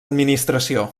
administració